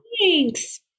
thanks